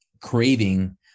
craving